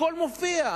הכול מופיע.